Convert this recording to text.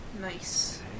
Nice